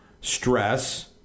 stress